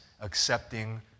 accepting